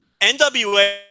NWA